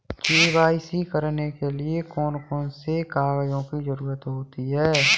KYC करने के लिए कौन कौन से कागजों की जरूरत होती है?